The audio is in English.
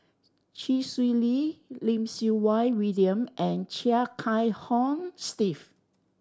Chee Swee Lee Lim Siew Wai William and Chia Kiah Hong Steve